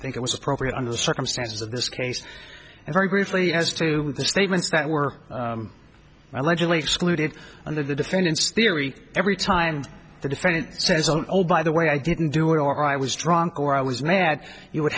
think it was appropriate under the circumstances of this case and very briefly as to the statements that were allegedly excluded under the defendant's theory every time the defendant says old by the way i didn't do it or i was drunk or i was mad you would